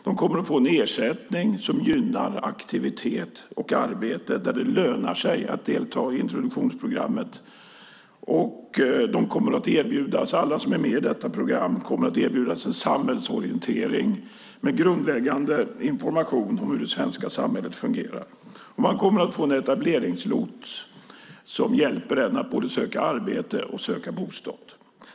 De kommer att få en ersättning som gynnar aktivitet och arbete och där det lönar sig att delta i introduktionsprogrammet. Alla som är med i detta program kommer att erbjudas en samhällsorientering med grundläggande information om hur det svenska samhället fungerar. Man kommer att få en etableringslots som hjälper en att söka arbete och bostad.